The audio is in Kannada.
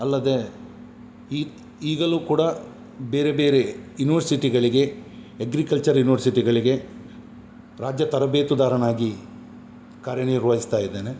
ಅಲ್ಲದೆ ಈಗಲು ಕೂಡ ಬೇರೆ ಬೇರೆ ಯುನಿವರ್ಸಿಟಿಗಳಿಗೆ ಅಗ್ರಿಕಲ್ಚರ್ ಯುನಿವರ್ಸಿಟಿಗಳಿಗೆ ರಾಜ್ಯ ತರಬೇತುದಾರನಾಗಿ ಕಾರ್ಯ ನಿರ್ವಹಿಸ್ತಾ ಇದ್ದೇನೆ